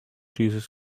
jesus